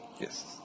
Yes